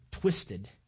twisted